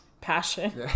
passion